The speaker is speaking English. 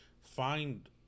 find